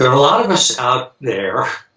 a lot of us out there,